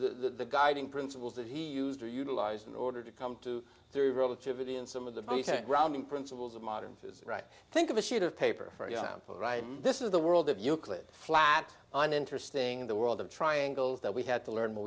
the guiding principles that he used to utilize in order to come to theory of relativity and some of the grounding principles of modern physics right think of a sheet of paper for example right this is the world of euclid flat and interesting in the world of triangles that we had to learn when